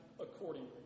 accordingly